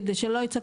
כדי שלא ייצא,